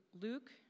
Luke